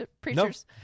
preachers